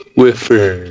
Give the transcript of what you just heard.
Whiffer